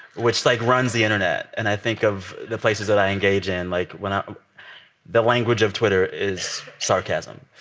which, like, runs the internet. and i think of the places that i engage in, like when i the language of twitter is sarcasm.